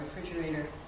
refrigerator